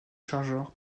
chargeurs